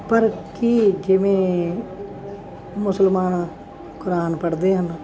ਪਰ ਕੀ ਕਿਵੇਂ ਮੁਸਲਮਾਨ ਕੁਰਾਨ ਪੜ੍ਹਦੇ ਹਨ